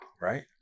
right